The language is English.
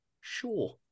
Sure